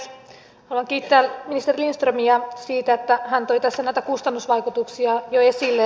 haluan kiittää ministeri lindströmiä siitä että hän toi tässä näitä kustannusvaikutuksia jo esille